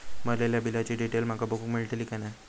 भरलेल्या बिलाची डिटेल माका बघूक मेलटली की नाय?